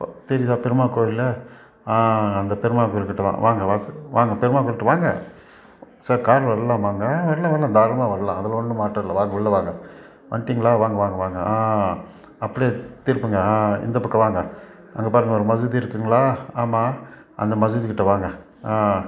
இப்போது தெரியுதா பெருமாள் கோயில் ஆ அந்த பெருமாள் கோயில் கிட்டே தான் வாங்க வாசல் வாங்க பெருமாள் கோயில்கிட்ட வாங்க சார் கார் வரலாமா அங்கே ஆ வரலாம் வரலாம் தாராளமாக வரலாம் அதில் ஒன்றும் மாற்றம் இல்லை வாங்க உள்ளே வாங்க வந்துட்டிங்களா வாங்க வாங்க வாங்க ஆ அப்படியே திருப்புங்க ஆ இந்த பக்கம் வாங்க அங்கே பாருங்க ஒரு மசூதி இருக்குதுங்களா ஆமாம் அந்த மசூதி கிட்டே வாங்க ஆ